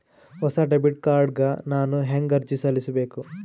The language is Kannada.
ಹೊಸ ಡೆಬಿಟ್ ಕಾರ್ಡ್ ಗ ನಾನು ಹೆಂಗ ಅರ್ಜಿ ಸಲ್ಲಿಸಬೇಕು?